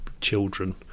children